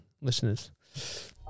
listeners